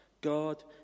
God